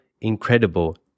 incredible